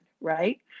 right